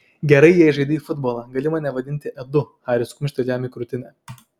gerai jei žaidei futbolą gali vadinti mane edu haris kumštelėjo jam į krūtinę